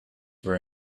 where